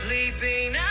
Leaping